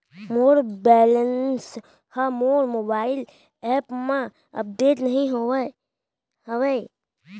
मोर balance हा मोर mobile app मा अपडेट नहीं होय हवे